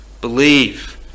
believe